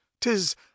tis